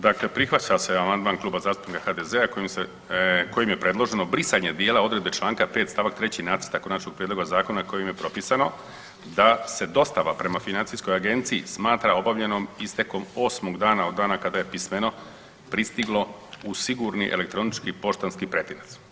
Dakle, prihvaća se amandman Kluba zastupnika HDZ-a kojim se, kojim je predloženo brisanje dijela odredbe Članka 5. stavak 3. nacrta konačnog prijedloga zakona kojim je propisano da se dostava prema Financijskoj agenciji smatra obavljenom istekom 8 dana od dana kada je pismeno pristiglo u sigurni elektronički poštanski pretinac.